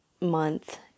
month